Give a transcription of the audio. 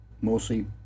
mostly